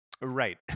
Right